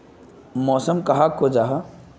मौसम कहाक को जाहा?